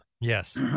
Yes